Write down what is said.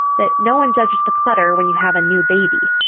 that no one judges de-clutter when you have a new baby.